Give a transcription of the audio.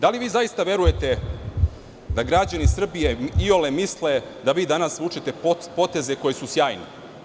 Da li zaista verujete da građani Srbije iole misle da vi danas vučete poteze koji su sjajni?